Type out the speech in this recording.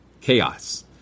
chaos